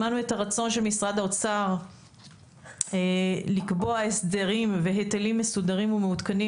שמענו את הרצון של משרד האוצר לקבוע הסדרים והיטלים מסודרים ומעודכנים